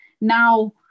now